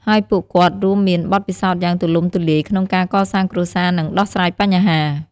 ហើយពួកគាត់រួមមានបទពិសោធន៍យ៉ាងទូលំទូលាយក្នុងការកសាងគ្រួសារ និងដោះស្រាយបញ្ហា។